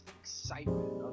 excitement